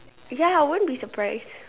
ya I won't be surprised